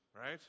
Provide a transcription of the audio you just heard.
right